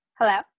hello